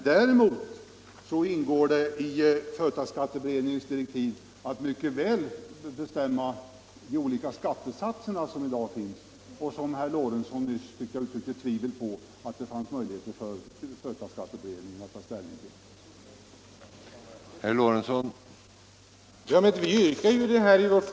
Däremot ingår det i direktiven att beredningen kan föreslå ändringar av de olika skattesatserna, trots att herr Lorentzon uttryckte tvivel om att företagsskatteberedningen hade möjligheter att ta ställning till dessa.